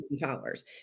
followers